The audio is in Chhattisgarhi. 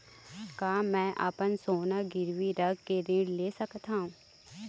का मैं अपन सोना गिरवी रख के ऋण ले सकत हावे?